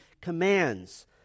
commands